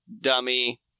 dummy